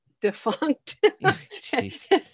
defunct